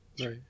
Right